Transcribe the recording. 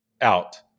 out